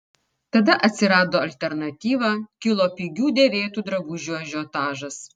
tada atsirado alternatyva kilo pigių dėvėtų drabužių ažiotažas